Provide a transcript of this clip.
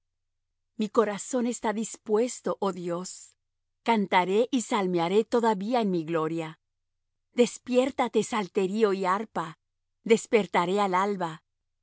mi corazón está dispuesto oh dios cantaré y salmearé todavía en mi gloria despiértate salterio y arpa despertaré al alba